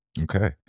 Okay